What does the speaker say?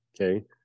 okay